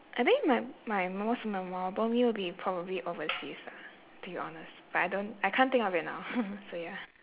I think my my most memorable meal will be probably overseas lah to be honest but I don't I can't think of it now so ya